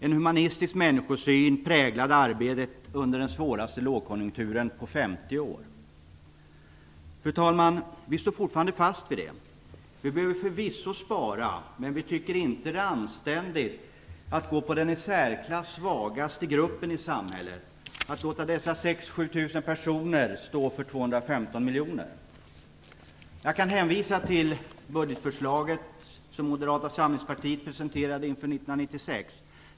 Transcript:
En humanistisk människosyn präglade arbetet under den svåraste lågkonjunkturen på 50 år. Fru talman! Vi moderater står fortfarande fast vid detta. Vi behöver förvisso spara, men vi tycker inte att det är anständigt att man ger sig på den i särklass svagaste gruppen i samhället, och låter de 6 000 7 000 personerna i denna grupp stå för besparingar på Jag kan hänvisa till det budgetförslag som Moderata samlingspartiet presenterade inför 1996.